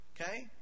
Okay